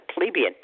plebeian